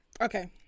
Okay